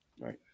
Right